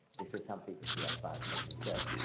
this is something that you have found from research,